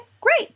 great